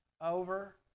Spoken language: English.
over